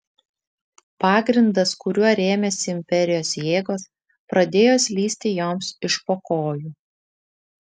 pagrindas kuriuo rėmėsi imperijos jėgos pradėjo slysti joms iš po kojų